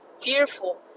fearful